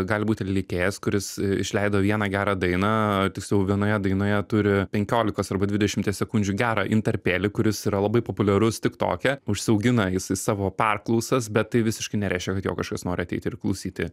gali būti atlikėjas kuris išleido vieną gerą dainą tiksliau vienoje dainoje turi penkiolikos arba dvidešimties sekundžių gerą intarpelį kuris yra labai populiarus tik toke užsiaugina jisai savo perklausas bet tai visiškai nereiškia kad jo kažkas nori ateiti ir klausyti